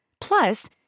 Plus